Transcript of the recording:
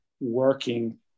working